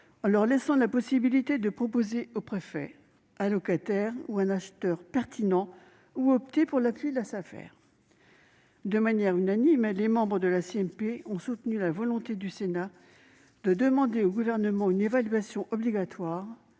en leur laissant la possibilité de proposer au préfet un locataire ou un acheteur pertinent, ou d'opter pour l'appui de la Safer. De manière unanime, les membres de la commission mixte paritaire ont soutenu la volonté du Sénat de demander au Gouvernement une évaluation obligatoire,